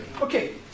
Okay